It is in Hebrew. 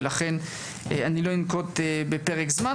ולכן אני לא אנקוב בפרק זמן,